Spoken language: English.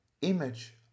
image